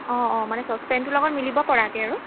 অঁ অঁ মানে চচপেনটোৰ লগত মিলিব পৰাকৈ আৰু